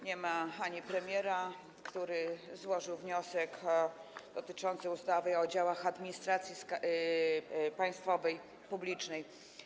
Nie ma premiera, który złożył wniosek dotyczący ustawy o działach administracji państwowej, publicznej.